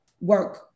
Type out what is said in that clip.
work